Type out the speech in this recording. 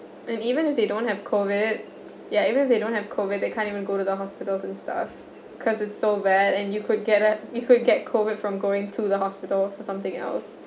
and even if they don't have COVID ya even if they don't have COVID they can't even go to the hospitals and stuff cause it's so bad and you could get it you could get COVID from going to the hospital or something else